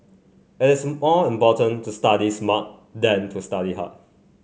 it is more important to study smart than to study hard